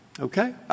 Okay